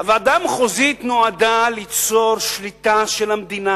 הוועדה המחוזית נועדה ליצור שליטה של המדינה